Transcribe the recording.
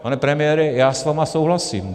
Pane premiére, já s vámi souhlasím.